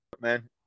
man